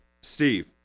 Steve